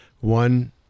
one